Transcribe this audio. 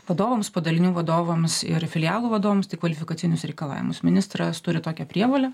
vadovams padalinių vadovams ir filialų vadovams tik kvalifikacinius reikalavimus ministras turi tokią prievolę